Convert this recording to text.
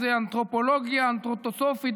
איזה אנתרופולוגיה אנתרופוסופית,